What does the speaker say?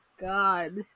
god